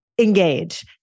engage